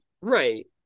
Right